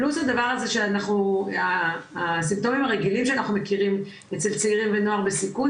פלוס הסימפטומים הרגילים שאנחנו מכירים אצל צעירים ונוער בסיכון,